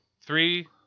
three